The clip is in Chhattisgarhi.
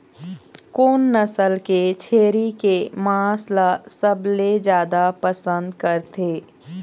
कोन नसल के छेरी के मांस ला सबले जादा पसंद करथे?